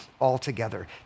altogether